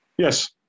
Yes